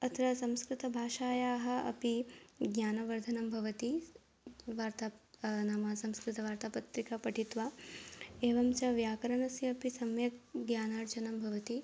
अत्र संस्कृतभाषायाः अपि ज्ञानवर्धनं भवति वार्ता नाम संस्कृतवार्तापत्रिका पठित्वा एवं च व्याकरणस्य अपि सम्यक् ज्ञानार्जनं भवति